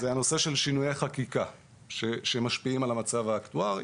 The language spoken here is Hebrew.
זה הנושא של שינויי חקיקה שמשפיעים על המצב האקטוארי,